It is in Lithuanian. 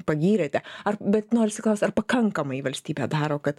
pagyrėte ar bet norisi klaust ar pakankamai valstybė daro kad